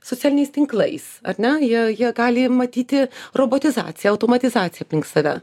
socialiniais tinklais ar ne jie jie gali matyti robotizaciją automatizaciją aplink save